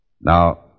Now